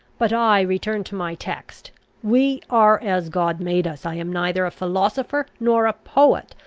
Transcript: but i return to my text we are as god made us. i am neither a philosopher nor a poet,